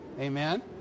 Amen